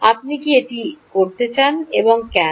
আপনি কি এটি করতে চান এবং কেন